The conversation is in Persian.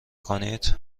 کنید